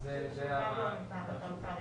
שגם זה לא ניתן לחלוקה רבעונית.